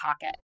pocket